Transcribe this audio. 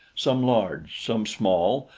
some large, some small,